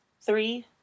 three